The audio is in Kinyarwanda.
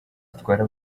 zitwara